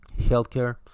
healthcare